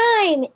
time